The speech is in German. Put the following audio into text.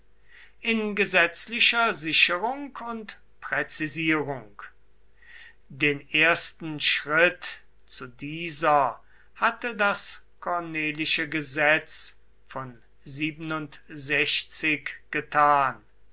in gesetzlicher sicherung und präzisierung den ersten schritt zu dieser hatte das cornelische gesetz von getan